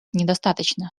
недостаточно